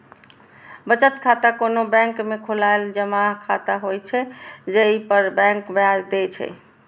बचत खाता कोनो बैंक में खोलाएल जमा खाता होइ छै, जइ पर बैंक ब्याज दै छै